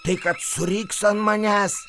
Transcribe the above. tai kad suriks ant manęs